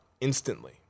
instantly